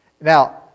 Now